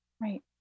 right